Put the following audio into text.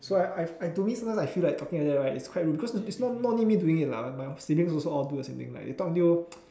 so I I've to me sometimes I feel like talking like that right is quite rude cause is not not only me doing it lah my siblings all also do the same things like they talk until